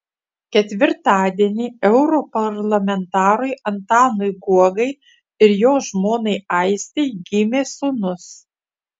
ketvirtadienį europarlamentarui antanui guogai ir jo žmonai aistei gimė sūnus